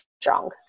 strong